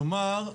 כלומר,